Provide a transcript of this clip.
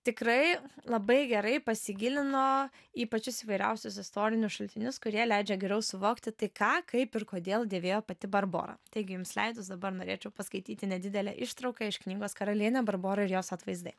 tikrai labai gerai pasigilino į pačius įvairiausius istorinius šaltinius kurie leidžia geriau suvokti tai ką kaip ir kodėl dėvėjo pati barbora taigi jums leidus dabar norėčiau paskaityti nedidelę ištrauką iš knygos karalienė barbora ir jos atvaizdai